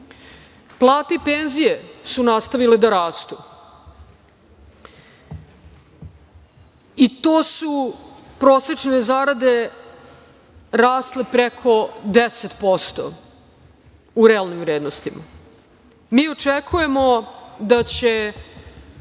i penzije su nastavile da rastu. To su prosečne zarade rasle preko 10% u realnim vrednostima. Mi očekujemo da će